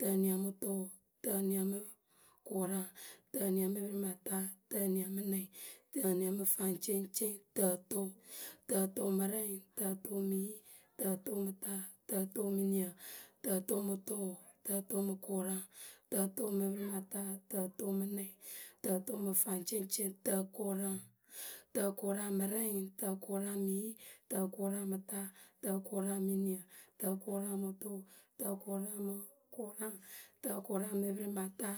tǝniǝ mɨ tʊʊ, tǝniǝ mɨ, kʊraŋ, tǝniǝ mɨ pǝrimata, tǝniǝ mɨ nɛŋ, tǝniǝ mɨ faŋceŋceŋ, tǝtʊʊ, tǝtʊʊ mɨ rɛŋ, tǝtʊʊ mɨ yi, tǝtʊʊ mǝ ta, tǝtʊʊ mɨ niǝ, tǝtʊʊ mɨ tʊʊ. tǝtʊʊ mɨ kʊraŋ, tǝtʊʊ mɨ pǝrɩmata, tǝtʊʊ mɨ nɛŋ, tǝtʊʊ mɨ faŋceŋceŋ, tǝkʊraŋ, tǝkʊraŋ mɨ rɛŋ, tǝkʊraŋ mɨ yi, tǝkʊraŋ mɨ ta, tǝkʊraŋ mɨ niǝ, tǝkʊraŋ mɨ tʊʊ, tǝkʊraŋ mɨ bkʊraŋ, tǝkʊraŋ mɨ pǝrimata